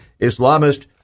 Islamist